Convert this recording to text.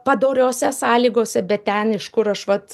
padoriose sąlygose bet ten iš kur aš vat